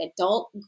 adult